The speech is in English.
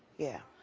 yeah.